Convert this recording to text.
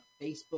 Facebook